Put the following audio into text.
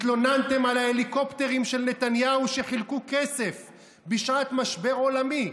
התלוננתם על ההליקופטרים של נתניהו שחילקו כסף בשעת משבר עולמי,